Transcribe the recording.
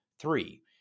Three